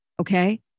okay